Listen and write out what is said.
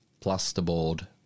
plasterboard